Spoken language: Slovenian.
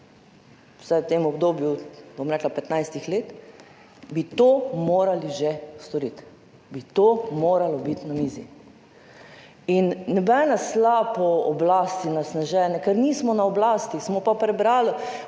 v tem obdobju, bom rekla 15. let, bi to morali že storiti, bi to moralo biti na mizi. In nobena sla po oblasti nas ne žene, ker nismo na oblasti, smo pa prebrali